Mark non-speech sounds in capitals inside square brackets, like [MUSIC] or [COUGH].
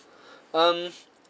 [BREATH] um